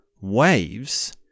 waves